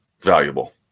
valuable